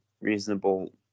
reasonable